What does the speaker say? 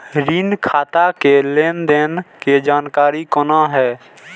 ऋण खाता के लेन देन के जानकारी कोना हैं?